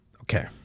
Okay